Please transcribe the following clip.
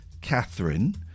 Catherine